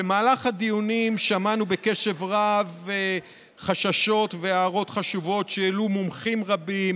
במהלך הדיונים שמענו בקשב רב חששות והערות חשובות שהעלו מומחים רבים